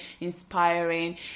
inspiring